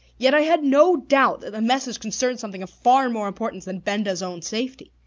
yet i had no doubt that the message concerned something of far more importance than benda's own safety.